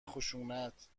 خشونت